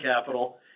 capital